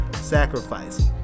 sacrifice